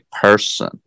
person